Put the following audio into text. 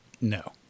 No